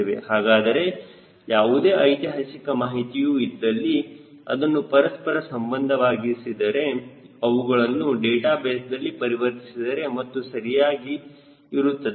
ಹಾಗಾದರೆ ಯಾವುದೇ ಐತಿಹಾಸಿಕ ಮಾಹಿತಿಯೂ ಇದ್ದಲ್ಲಿ ಅದನ್ನು ಪರಸ್ಪರ ಸಂಬಂಧವಾಗಿಸಿದರೆ ಅವುಗಳನ್ನು ಡೇಟಾಬೇಸ್ದಲ್ಲಿ ಪರಿವರ್ತಿಸಿದರೆ ಇದು ಸರಿಯಾಗಿ ಇರುತ್ತದೆ